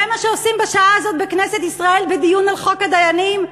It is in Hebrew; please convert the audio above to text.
זה מה שעושים בשעה הזאת בכנסת ישראל בדיון על חוק הדיינים?